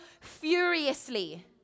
furiously